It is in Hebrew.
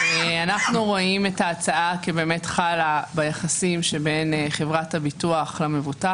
אנחנו רואים את ההצעה כחלה ביחסים שבין חברת הביטוח למבוטח.